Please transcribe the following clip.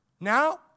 Now